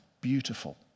beautiful